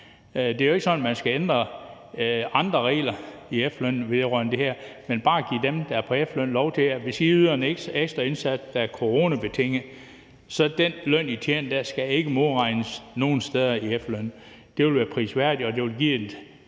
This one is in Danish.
Det er jo ikke sådan, at man skal ændre regler i efterlønnen vedrørende det her, men bare give dem, der er på efterløn, lov til det, så hvis de yder en ekstra indsats, der er coronabetinget, vil den løn, de tjener, ikke blive modregnet nogen steder i efterlønnen. Det vil være prisværdigt, og det vil give et